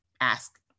ask